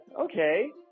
Okay